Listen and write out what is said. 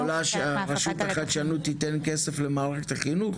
את יכולה שרשות החדשנות תיתן כסף למשרד החינוך?